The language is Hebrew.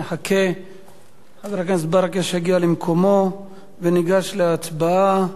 נחכה לחבר הכנסת ברכה שיגיע למקומו וניגש להצבעה.